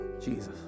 Jesus